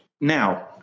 Now